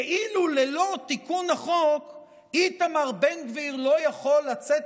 כאילו ללא תיקון החוק איתמר בן גביר לא יכול לצאת